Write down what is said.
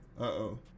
Uh-oh